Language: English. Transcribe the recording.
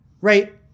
Right